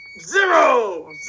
Zero